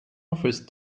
office